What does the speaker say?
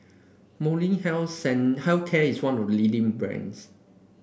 Molnylcke Health Care is one of the leading brands